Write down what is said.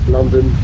London